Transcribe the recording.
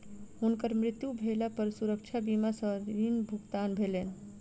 हुनकर मृत्यु भेला पर सुरक्षा बीमा सॅ ऋण भुगतान भेलैन